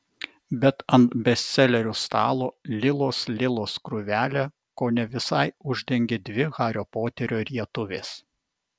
bet ant bestselerių stalo lilos lilos krūvelę kone visai uždengė dvi hario poterio rietuvės